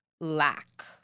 lack